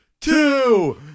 Two